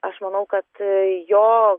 aš manau kad jo